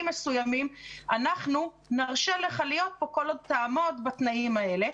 מסוימים אנחנו נרשה לו להיות פה כל עוד הוא יעמוד בתנאים האלה,